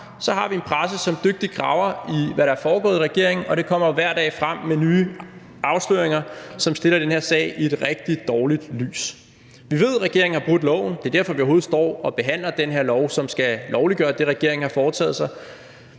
har vi en presse, som dygtigt graver i, hvad der er foregået i regeringen, og hver dag kommer frem med nye afsløringer, som stiller den her sag i et rigtig dårligt lys. Vi ved, at regeringen har brudt loven. Det er derfor, vi overhovedet står og behandler det her lovforslag, som skal lovliggøre det, regeringen har foretaget sig.